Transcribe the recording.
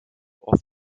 oft